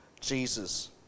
Jesus